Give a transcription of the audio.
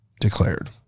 declared